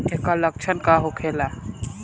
ऐकर लक्षण का होखेला?